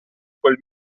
quel